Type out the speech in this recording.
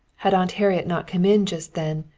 had aunt harriet not come in just then,